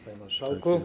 Panie Marszałku!